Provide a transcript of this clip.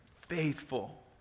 faithful